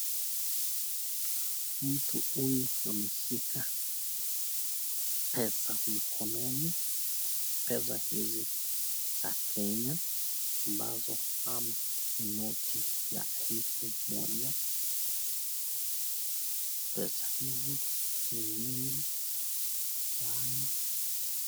Mtu huyu ameshika pesa mkononi, pesa hizi za Kenya ambazo ni noti ya elfu moja. Pesa hizi ni mingi sana.